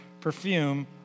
perfume